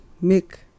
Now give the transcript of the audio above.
make